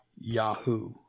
Yahoo